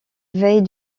veille